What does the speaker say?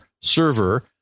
server